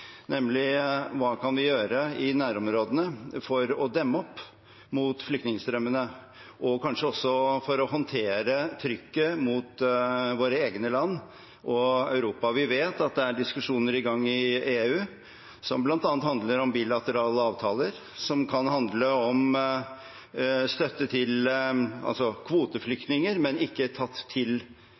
nemlig: Hva kan vi gjøre i nærområdene for å demme opp for flyktningstrømmene og kanskje også for å håndtere trykket mot våre egne land og Europa? Vi vet det er diskusjoner i gang i EU som bl.a. handler om bilaterale avtaler, som kan handle om støtte til kvoteflyktninger, ikke ved at de blir tatt med til et europeisk land, men